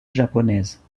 japonaise